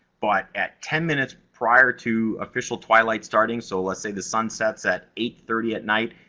but at ten minutes prior to official twilight starting. so, let's say the sun sets at eight thirty at night,